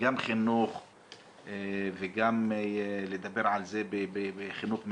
חינוך וגם לדבר על זה בחינוך מהבית,